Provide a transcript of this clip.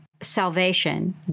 salvation